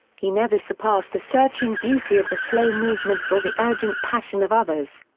he never surpassed the searching beauty of the slow movements or the urgent passion of others.